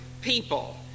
people